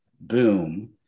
boom